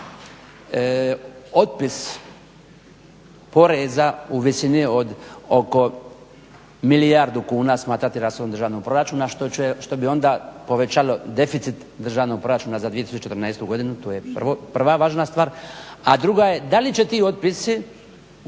otpis poreza u visini od oko milijardu kuna smatrati rashodom državnog proračuna što bi onda povećalo deficit državnog proračuna za 2014.godinu, to je prva važna stvar. A druga je, da li će ti otpisi